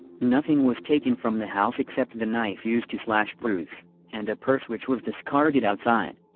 nothing was taken from the house except the knife used to slash bruce and a purse which was discarded outside.